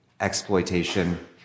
exploitation